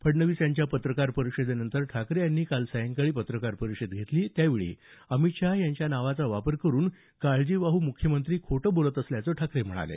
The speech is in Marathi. फडणवीस यांच्या पत्रकार परिषदेनंतर ठाकरे यांनी काल सायंकाळी पत्रकार परिषद घेतली त्यावेळी अमित शाह यांच्या नावाचा वापर करुन काळजीवाहू मुख्यमंत्री खोटं बोलत असल्याचं ठाकरे म्हणाले